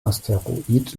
asteroid